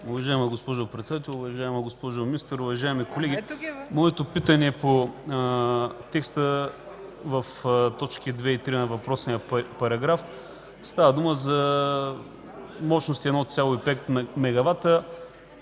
Уважаема госпожо Председател, уважаема госпожо Министър, уважаеми колеги! Моето питане е по текста в точки 2 и 3 на въпросния параграф, става дума „за мощности 1,5 мегавата…”,